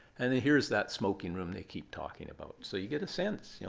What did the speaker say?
and here's that smoking room they keep talking about, so you get a sense. you know